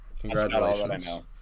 Congratulations